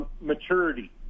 maturity